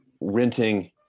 Renting